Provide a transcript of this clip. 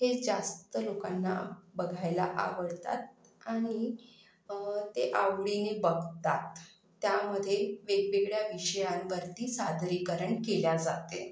हे जास्त लोकांना बघायला आवडतात आणि ते आवडीने बघतात त्यामध्ये वेगवेगळ्या विषयांवरती सादरीकरण केले जाते